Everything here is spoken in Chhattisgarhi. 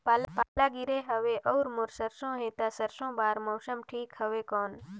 पाला गिरे हवय अउर मोर सरसो हे ता सरसो बार मौसम ठीक हवे कौन?